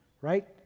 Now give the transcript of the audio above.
right